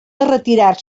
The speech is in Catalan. retirar